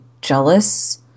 jealous